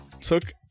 took